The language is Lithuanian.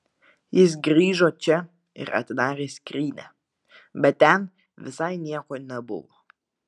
jis grįžo čia ir atidarė skrynią bet ten visai nieko nebuvo